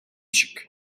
шиг